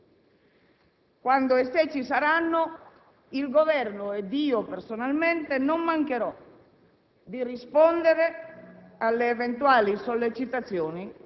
Per il resto, è aperto un dibattito pubblico, limpido, e non ci sono né novità né decisioni.